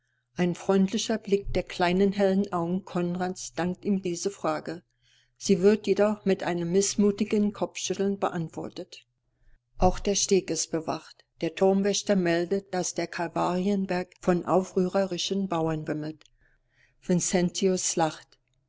ein freundlicher blick der kleinen hellen augen konrads dankt ihm diese frage sie wird jedoch mit einem mißmutigen kopfschütteln beantwortet auch der steg ist bewacht der turmwächter meldet daß der kalvarienberg von aufrührerischen bauern wimmelt vincentius lacht